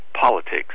politics